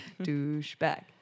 Douchebag